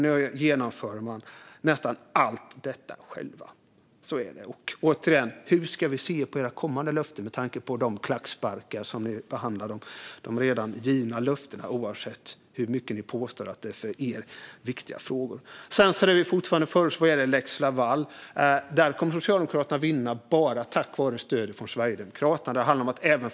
Nu genomför de nästan allt detta själva; så är det. Hur ska vi se på era kommande löften med tanke på de klacksparkar som ni behandlar de redan givna löftena med, oavsett hur mycket ni påstår att detta är för er viktiga frågor? När det gäller lex Laval kommer Socialdemokraterna att vinna bara tack vare stödet från Sverigedemokraterna.